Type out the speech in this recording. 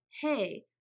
hey